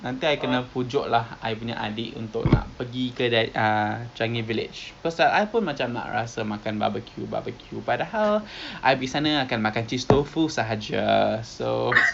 nanti I kena pujuk lah I punya adik untuk nak pergi kedai changi village cause I pun macam nak rasa makan barbecue barbecue but somehow I pergi sana akan makan cheese tofu sahaja so